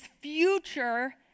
future